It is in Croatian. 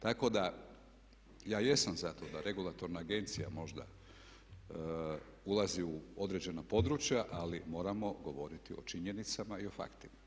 Tako da ja jesam za to da regulatorna agencija možda ulazi u određena područja ali moramo govoriti o činjenicama i o faktima.